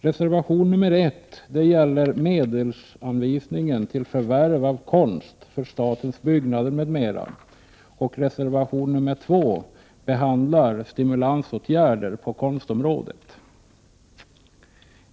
Reservation nr 1 gäller medelsanvisning till förvärv av konst för statens byggnader m.m., och reservation nr 2 behandlar stimulansåtgärder på konstområdet.